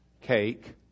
cake